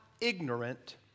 ignorant